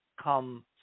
come